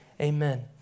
Amen